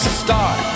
start